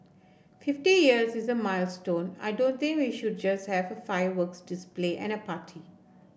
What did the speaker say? fifty years is a milestone I don't think we should just have a fireworks display and a party